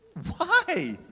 why?